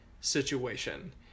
situation